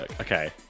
Okay